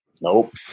Nope